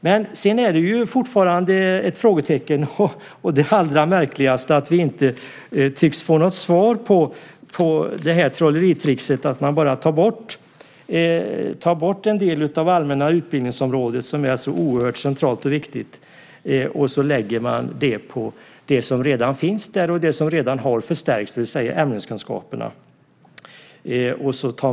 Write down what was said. Fortfarande finns det ett frågetecken, och detta är det allra märkligaste. Vi tycks ju inte få något svar på trolleritrickset att bara ta bort en del av det allmänna utbildningsområdet som är så oerhört centralt och viktigt för att lägga det på det som redan finns där och det som redan har förstärkts, det vill säga ämneskunskaperna.